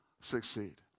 succeed